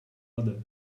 udder